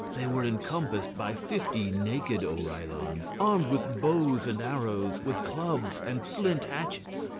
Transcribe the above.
they were encompassed by fifty naked oreillons, armed with bows and arrows, with clubs and flint hatchets.